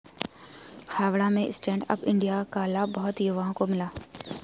हावड़ा में stand up India का लाभ बहुत युवाओं को मिला